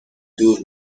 دور